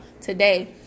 today